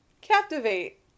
Captivate